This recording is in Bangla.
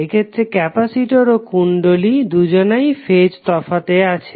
এক্ষেত্রে ক্যাপাসিটর ও কুণ্ডলী দুজনাই ফেজ তফাতে আছে